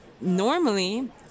normally